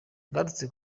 ngarutse